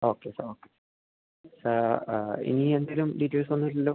okay sir sir ഇനി എന്തെങ്കിലും ഡീറ്റെയ്ൽസൊന്നും ഇല്ലല്ലോ